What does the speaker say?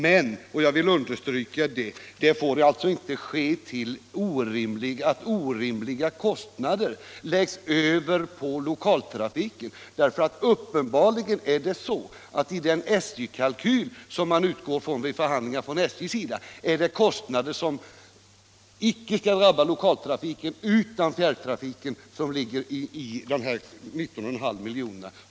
Men — jag vill understryka det — det får inte ske till priset av att orimliga kostnader läggs över på lokaltrafiken. — Nr 33 Uppenbarligen är det så att den kalkyl på 19,5 milj.kr. som SJ utgår ifrån i dessa förhandlingar upptar kostnader, som icke bör drabba lokaltrafiken utan helt falla på fjärrtrafiken i området.